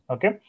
Okay